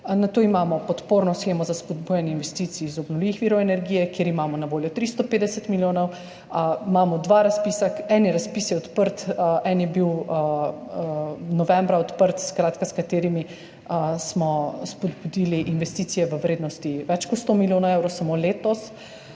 nato imamo podporno shemo za spodbujanje investicij iz obnovljivih virov energije, kjer imamo na voljo 350 milijonov. Imamo dva razpisa, en razpis je odprt, eden je bil novembra odprt, s katerima smo spodbudili investicije v vrednosti več kot 100 milijonov evrov samo letos.